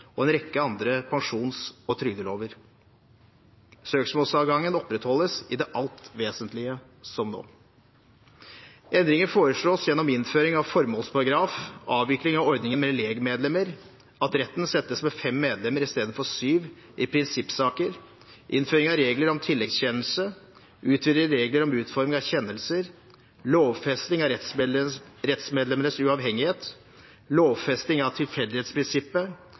og en rekke andre pensjons- og trygdelover. Søksmålsadgangen opprettholdes i det alt vesentlige som nå. Endringer foreslås gjennom innføring av formålsparagraf, avvikling av ordningen med legmedlemmer, at retten settes med fem medlemmer i stedet for syv i prinsippsaker, innføring av regler om tilleggskjennelse, utvidede regler om utforming av kjennelser, lovfesting av rettsmedlemmenes uavhengighet, lovfesting av tilfeldighetsprinsippet,